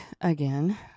again